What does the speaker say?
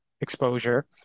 exposure